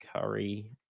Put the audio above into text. Curry